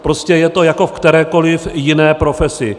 Prostě je to jako v kterékoliv jiné profesi.